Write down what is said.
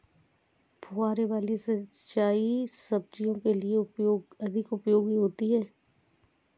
फुहारे वाली सिंचाई सब्जियों के लिए अधिक उपयोगी होती है?